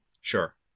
Sure